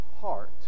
heart